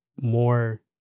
more